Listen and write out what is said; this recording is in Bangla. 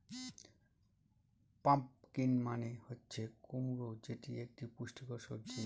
পাম্পকিন মানে হচ্ছে কুমড়ো যেটি এক পুষ্টিকর সবজি